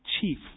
chief